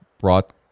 brought